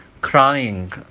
crying